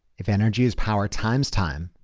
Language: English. if energy is power times time,